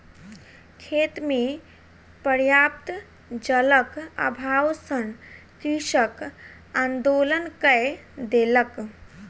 खेत मे पर्याप्त जलक अभाव सॅ कृषक आंदोलन कय देलक